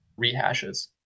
rehashes